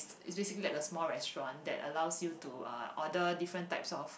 it's basically like the small restaurant that allows you to uh order different types of